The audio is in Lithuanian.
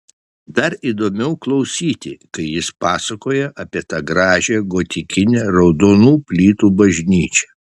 dar įdomiau klausyti kai jis pasakoja apie tą gražią gotikinę raudonų plytų bažnyčią